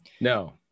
No